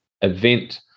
event